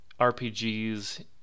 RPGs